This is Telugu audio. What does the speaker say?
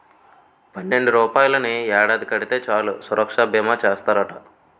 పన్నెండు రూపాయలని ఏడాది కడితే చాలు సురక్షా బీమా చేస్తారట